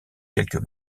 quelques